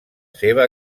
seva